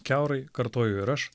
kiaurai kartoju ir aš